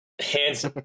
Hands